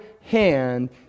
hand